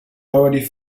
already